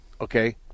Okay